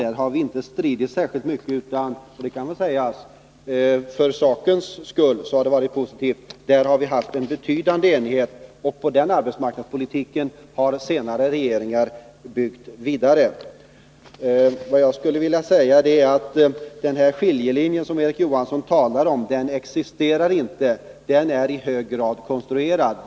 Där har vi alltså inte stridit särskilt mycket, och det kan väl sägas att det för sakens skull varit positivt. Här har alltså rått en betydande enighet, och på den arbetsmarknadspolitiken har senare regeringar byggt vidare. Den skiljelinje som Erik Johansson talar om existerar inte — den är i hög grad konstruerad.